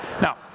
Now